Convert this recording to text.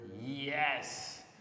Yes